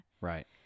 Right